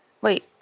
Wait